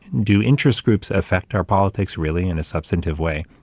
do interest groups affect our politics really in a substantive way?